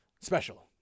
special